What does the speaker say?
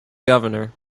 governor